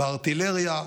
בארטילריה,